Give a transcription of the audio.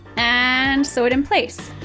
and sew it in place.